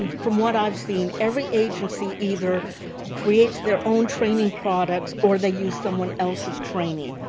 from what i've seen, every agency either creates their own training products, or they use someone else's training.